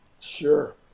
Sure